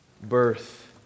birth